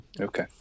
okay